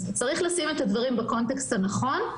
צריך לשים את הדברים בקונטקסט הנכון.